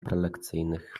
prelekcyjnych